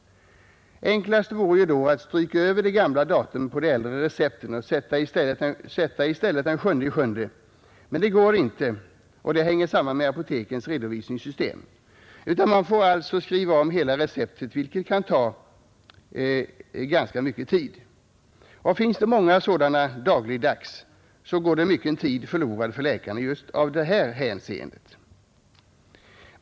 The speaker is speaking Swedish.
Enklast vore då att stryka över det gamla datumet på de äldre recepten och i stället sätta den 7 juli. Men det går inte, vilket sammanhänger med apotekens redovisningssystem. Läkaren får alltså skriva om hela receptet, vilket kan ta ganska mycken tid. Finns det många sådana fall varje dag, går mycken tid förlorad för läkaren just av detta skäl.